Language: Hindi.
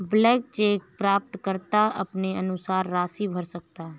ब्लैंक चेक प्राप्तकर्ता अपने अनुसार राशि भर सकता है